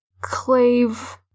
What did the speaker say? Clave